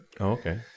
Okay